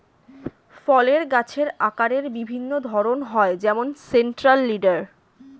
ফলের গাছের আকারের বিভিন্ন ধরন হয় যেমন সেন্ট্রাল লিডার